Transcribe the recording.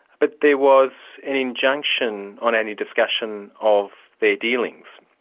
but there was an injunction on any discussion of their dealings.